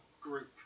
group